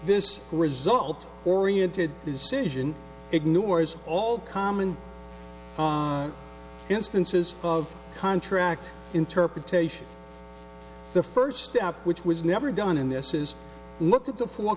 this result oriented decision ignores all common instances of contract interpretation the first step which was never done in this is look at the four